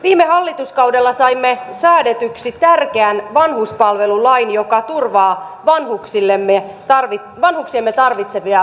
viime hallituskaudella saimme säädetyksi tärkeän vanhuspalvelulain joka turvaa vanhuksiemme tarvitsemia palveluita